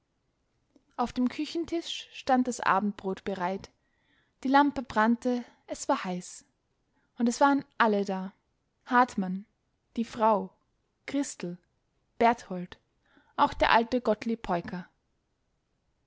auf dem küchentisch stand das abendbrot bereitet die lampe brannte es war heiß und es waren alle da hartmann die frau christel berthold auch der alte